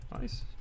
Nice